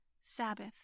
Sabbath